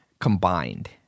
combined